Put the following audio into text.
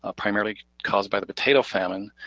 ah primarily caused by the potato famine,